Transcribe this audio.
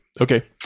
Okay